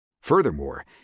Furthermore